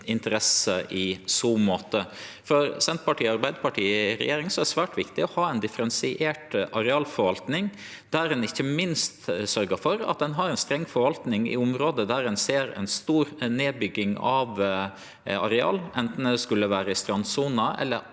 i regjering er det svært viktig å ha ei differensiert arealforvaltning, der ein ikkje minst sørgjer for å ha ei streng forvaltning i område der ein ser ei stor nedbygging av areal, anten det skulle vere i strandsona eller